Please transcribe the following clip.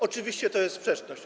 Oczywiście to jest sprzeczność.